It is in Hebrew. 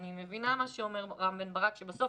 אני מבינה מה שאומר רם בן ברק, שבסוף